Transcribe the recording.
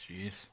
jeez